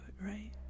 right